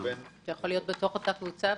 זה יכול להיות בתוך אותה קבוצה,